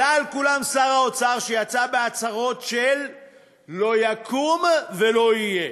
עלה על כולם שר האוצר שיצא בהצהרות של "לא יקום ולא יהיה",